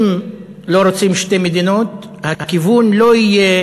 אם לא רוצים שתי מדינות, הכיוון לא יהיה